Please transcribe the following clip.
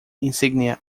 insignia